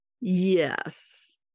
Yes